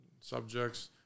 subjects